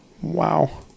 Wow